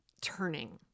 turning